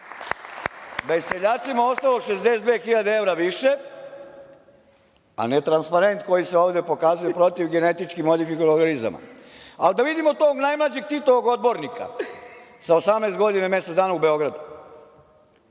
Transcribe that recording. da je seljacima ostalo 62.000 evra više, a ne transparent koji se ovde pokazuje protiv genetički modifikovanih organizama. Da vidimo tog najmlađeg Titovog odbornika sa 18 godina i mesec dana u Beogradu,